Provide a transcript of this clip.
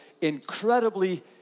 incredibly